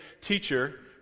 teacher